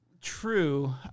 True